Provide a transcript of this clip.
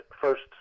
first